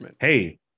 Hey